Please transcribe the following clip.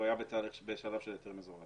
היה בשלב של היתר מזורז.